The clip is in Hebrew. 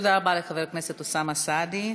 תודה רבה לחבר הכנסת אוסאמה סעדי.